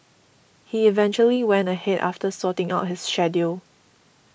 he eventually went ahead after sorting out his schedule